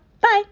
Bye